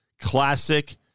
classic